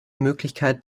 möglichkeit